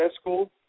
School